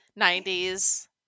90s